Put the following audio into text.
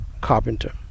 Carpenter